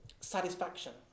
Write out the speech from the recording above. satisfaction